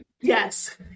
yes